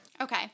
Okay